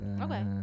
Okay